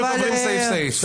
סעיף-סעיף,